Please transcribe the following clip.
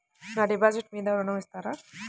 నా డిపాజిట్ మీద ఋణం ఇస్తారా?